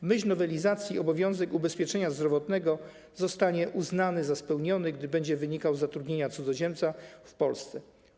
W myśl nowelizacji obowiązek ubezpieczenia zdrowotnego zostanie uznany za spełniony, gdy będzie wynikał z zatrudnienia cudzoziemca w Polsce.